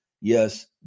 yes